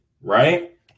right